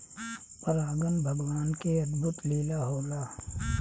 परागन भगवान के अद्भुत लीला होला